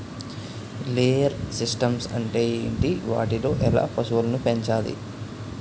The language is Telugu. లేయర్ సిస్టమ్స్ అంటే ఏంటి? వాటిలో ఎలా పశువులను పెంచాలి?